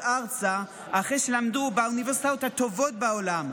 ארצה אחרי שלמדו באוניברסיטאות הטובות בעולם,